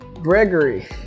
Gregory